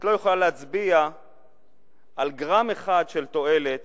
את לא יכולה להצביע על גרם אחד של תועלת